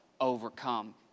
overcome